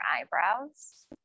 eyebrows